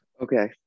Okay